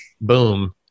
boom